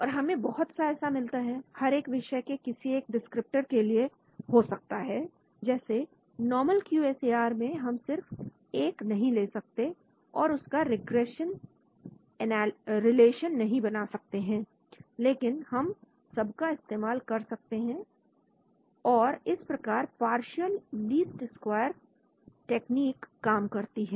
और हमें बहुत सा ऐसा मिलता है हर एक विषय के किसी एक डिस्क्रिप्टर के लिए हो सकता है जैसे normal Q S A R में हम सिर्फ एक नहीं ले सकते और उसका रिग्रेशन रिलेशन नहीं बना सकते लेकिन हम सब का इस्तेमाल कर सकते हैं और इस प्रकार पार्शियल लीस्ट स्क्वायर तकनीक काम करती है